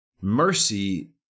Mercy